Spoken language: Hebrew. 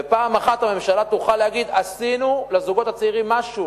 ופעם אחת הממשלה תוכל להגיד: עשינו לזוגות הצעירים משהו.